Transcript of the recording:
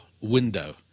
window